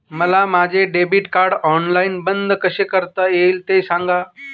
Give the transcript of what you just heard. मला माझे debit card online बंद कसे करता येईल, ते सांगा